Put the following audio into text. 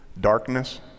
darkness